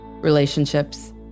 relationships